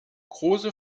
große